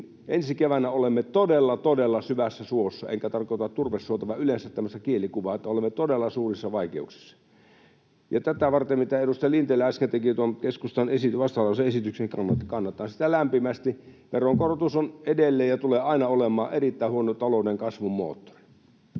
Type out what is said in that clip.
ensi keväänä olemme todella, todella syvässä suossa, enkä tarkoita turvesuota, vaan yleensä tämmöistä kielikuvaa, että olemme todella suurissa vaikeuksissa. Tätä varten, mitä edustaja Lintilä äsken teki tuon keskustan vastalause-esityksen, kannatan sitä lämpimästi. Veronkorotus on edelleen ja tulee aina olemaan erittäin huono talouden kasvun moottori.